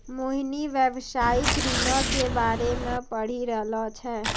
मोहिनी व्यवसायिक ऋणो के बारे मे पढ़ि रहलो छै